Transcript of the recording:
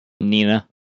Nina